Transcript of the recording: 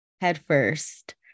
headfirst